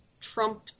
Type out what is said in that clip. Trump